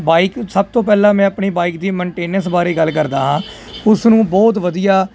bike ਸਭ ਤੋਂ ਪਹਿਲਾਂ ਮੈਂ ਆਪਣੀ ਬਾਈਕ ਦੀ ਮੈਨਟੇਨੈਂਸ ਬਾਰੇ ਗੱਲ ਕਰਦਾ ਹਾਂ ਉਸ ਨੂੰ ਬਹੁਤ ਵਧੀਆ